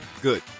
Good